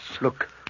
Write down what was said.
Look